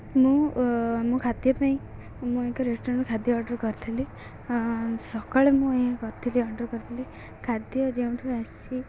ମୁଁ ମୁଁ ଖାଦ୍ୟ ପାଇଁ ମୁଁ ଏକ ରେଷ୍ଟୁରାଣ୍ଟ୍ରୁ ଖାଦ୍ୟ ଅର୍ଡ଼ର୍ କରିଥିଲି ସକାଳେ ମୁଁ ଏହା କରିଥିଲି ଅର୍ଡ଼ର୍ କରିଥିଲି ଖାଦ୍ୟ ଯେଉଁଠୁ ଆସିଛି